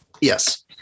Yes